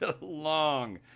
long